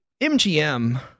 MGM